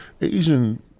Asian